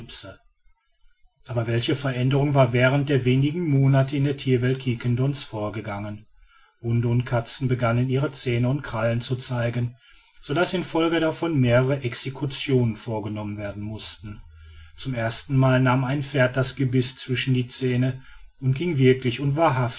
aber welche veränderung war während der wenigen monate in der thierwelt quiquendones vorgegangen hunde und katzen begannen ihre zähne und krallen zu zeigen so daß in folge davon mehrere executionen vorgenommen werden mußten zum ersten mal nahm ein pferd das gebiß zwischen die zähne und ging wirklich und wahrhaftig